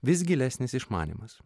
vis gilesnis išmanymas